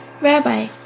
Rabbi